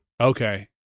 Okay